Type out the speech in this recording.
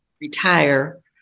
retire